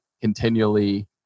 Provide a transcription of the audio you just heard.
continually